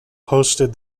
hosted